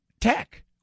tech